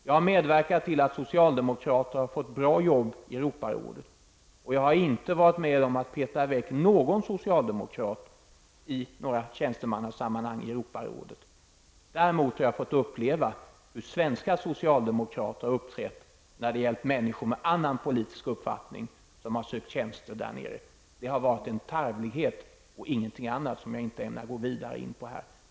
Jag har medverkat till att socialdemokrater har fått bra jobb i Europarådet, och jag har inte varit med om att peta i väg någon socialdemokrat i några tjänstemannasammanhang i Däremot har jag fått uppleva hur svenska socialdemokrater uppträtt när det gällt människor med annan politisk uppfattning som har sökt tjänster där nere. Det har varit en tarvlighet och ingenting annat som jag inte ämnar gå vidare in på här.